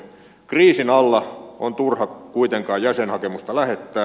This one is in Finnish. kriisin alla on turha kuitenkaan jäsenhakemusta lähettää